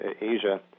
Asia